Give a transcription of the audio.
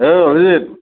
অঁ অভিজিত